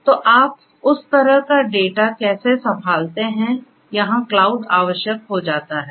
तो आप उस तरह का डेटा कैसे संभालते हैं यहां क्लाउड आवश्यक हो जाता है